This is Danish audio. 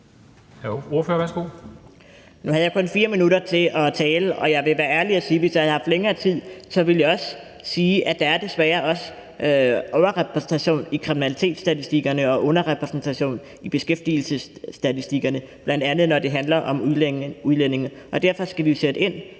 Nu havde jeg kun 4 minutter til at tale, og jeg vil være ærlig at sige, at hvis jeg havde haft længere tid, ville jeg også sige, at der desværre også er overrepræsentation i kriminalitetsstatistikkerne og underrepræsentation i beskæftigelsesstatistikkerne bl.a., når det handler om udlændinge. Derfor skal vi jo sætte ind,